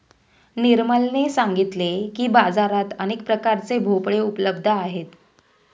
निर्मलने सांगितले की, बाजारात अनेक प्रकारचे भोपळे उपलब्ध आहेत